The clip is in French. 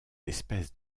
espèces